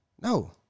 No